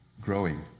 growing